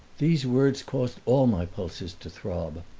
these words caused all my pulses to throb,